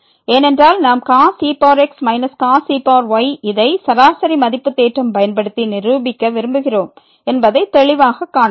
ஏனென்றால் நாம் cos e x cos e y இதை சராசரி மதிப்பு தேற்றம் பயன்படுத்தி நிரூபிக்க விரும்புகிறோம் என்பதை தெளிவாகக் காணலாம்